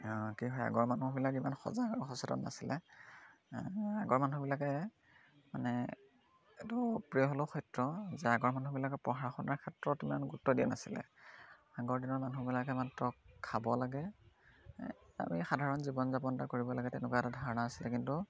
কি হয় আগৰ মানুহবিলাক ইমান সজাগ সচেতন নাছিলে আগৰ মানুহবিলাকে মানে এইটো অপ্ৰিয় হ'লেও সত্য যে আগৰ মানুহবিলাকে পঢ়া শুনাৰ ক্ষেত্ৰত ইমান গুৰুত্ব দিয়া নাছিলে আগৰ দিনৰ মানুহবিলাকে মাত্ৰ খাব লাগে আমি সাধাৰণ জীৱন যাপন এটা কৰিব লাগে তেনেকুৱা এটা ধাৰণা আছিলে কিন্তু